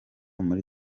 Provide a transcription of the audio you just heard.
muri